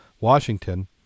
Washington